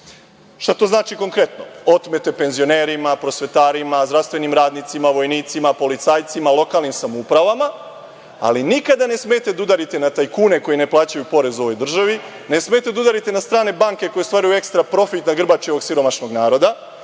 to znači konkretno? Otmete penzionerima, prosvetarima, zdravstvenim radnicima, vojnicima, policajcima, lokalnim samoupravama, ali nikada ne smete da udarite na tajkune koji ne plaćaju porez u ovoj državi, ne smete da udarite na strane banke koje stvaraju ekstraprofit na grbači ovog siromašnog naroda,